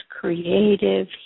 creative